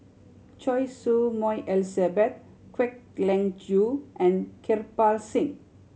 Choy Su Moi Elizabeth Kwek Leng Joo and Kirpal Singh